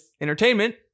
entertainment